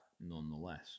nonetheless